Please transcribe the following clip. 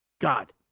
God